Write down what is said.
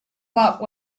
quite